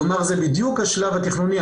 כלומר זה בדיוק השלב התכנוני.